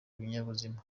ibinyabuzima